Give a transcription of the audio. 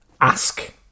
ask